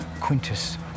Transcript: Quintus